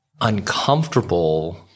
uncomfortable